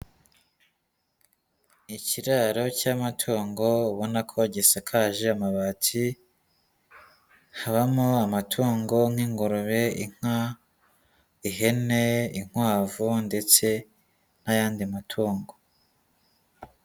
Ikiraro cy'amatungo ubona ko gisakaje amabati, habamo amatungo nk'ingurube, inka, ihene, inkwavu ndetse n'ayandi matungo.